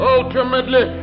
Ultimately